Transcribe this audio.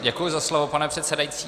Děkuji za slovo, pane předsedající.